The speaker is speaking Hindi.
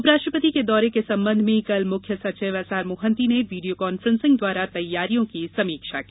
उपराष्ट्रपति के दौरे के संबंध में कल मुख्य सचिव एसआर मोहंती ने वीडियो कॉन्फ्रेंसिंग द्वारा तैयारियों की समीक्षा की